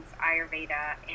Ayurveda